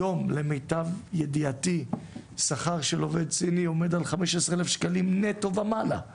היום למיטב ידיעתי שכר של עובד סיני עומד על 15,000 ₪ נטו ומעלה,